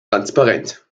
transparent